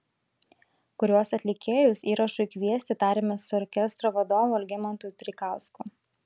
kuriuos atlikėjus įrašui kviesti tarėmės su orkestro vadovu algimantu treikausku